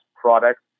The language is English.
product